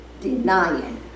denying